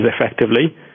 effectively